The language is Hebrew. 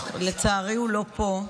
לצערי הוא לא פה,